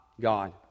God